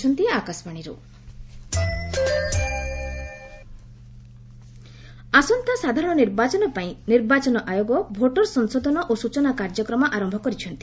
election commission ଆସନ୍ତା ସାଧାରଣ ନିର୍ବାଚନ ପାଇଁ ନିର୍ବାଚନ ଆୟୋଗ ଭୋଟର ସଂଶୋଧନ ଓ ସୂଚନା କାର୍ଯ୍ୟକ୍ରମ ଆରମ୍ଭ କରିଛନ୍ତି